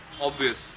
obvious